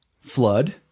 flood